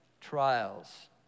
trials